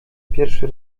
pierwszy